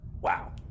Wow